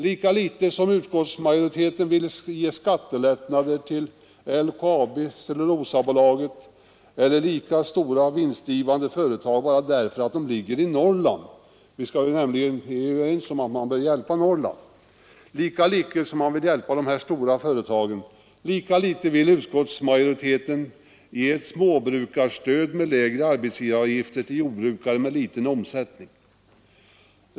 Lika litet som utskottsmajoriteten vill ge skattelättnader till LKAB, SCA eller liknande stora vinstgivande företag bara därför att de ligger i Norrland — vi är ju överens om att vi skall hjälpa Norrland — lika litet vill utskottsmajoriteten genom lägre arbetsgivaravgifter ge ett småbrukarstöd till jordbrukare med liten omsättning.